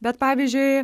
bet pavyzdžiui